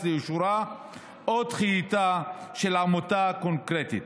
לאישורה או דחייתה של עמותה קונקרטית.